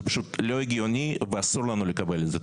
זה פשוט לא הגיוני ואסור לנו לקבל את זה.